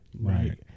Right